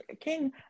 King